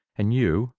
and you,